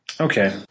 Okay